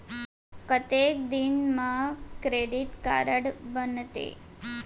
कतेक दिन मा क्रेडिट कारड बनते?